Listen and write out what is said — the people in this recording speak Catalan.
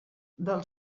del